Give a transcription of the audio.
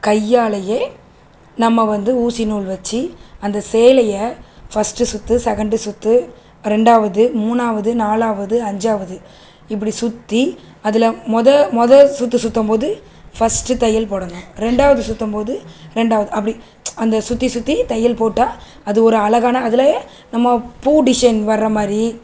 கையாலையே நம்ம வந்து ஊசி நூல் வச்சி அந்த சேலையை ஃபர்ஸ்ட்டு சுற்று செகண்டு சுற்று ரெண்டாவது மூணாவது நாலாவது அஞ்சாவது இப்படி சுற்றி அதில் முத முத சுற்று சுற்றும்போது ஃபர்ஸ்ட்டு தையல் போடணும் ரெண்டாவது சுற்றும்போது ரெண்டாவது அப்படி அந்த சுற்றி சுற்றி தையல் போட்டால் அது ஒரு அழகான அதுலையே நம்ம பூ டிசைன் வர்றமாதிரி